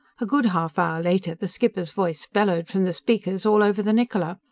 a good half hour later the skipper's voice bellowed from the speakers all over the niccola.